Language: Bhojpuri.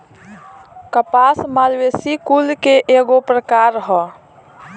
कपास मालवेसी कुल के एगो प्रकार ह